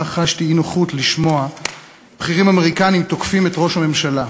כך חשתי אי-נוחות לשמוע בכירים אמריקנים תוקפים את ראש הממשלה.